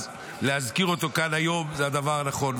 אז להזכיר אותו כאן היום זה הדבר הנכון.